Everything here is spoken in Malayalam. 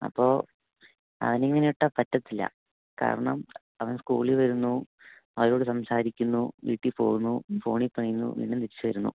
അപ്പോൾ അവനെ ഇങ്ങനെ വിട്ടാൽ പറ്റത്തില്ല കാരണം അവൻ സ്കൂളിൽ വരുന്നു അവരോട് സംസാരിക്കുന്നു വീട്ടിൽ പോകുന്നു ഫോണിൽ പണിയുന്നു പിന്നേയും തിരിച്ച് വരുന്നു